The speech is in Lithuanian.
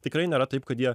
tikrai nėra taip kad jie